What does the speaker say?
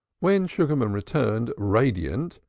when sugarman returned, radiant,